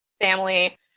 family